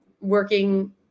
working